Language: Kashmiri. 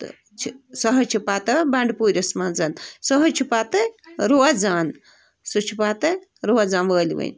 تہٕ چھِ سُہ حظ چھِ پَتہٕ بَنٛڈٕپوٗرِس منٛز سُہ حظ چھِ پَتہٕ روزان سُہ چھِ پَتہٕ روزان وٲلۍوٕنۍ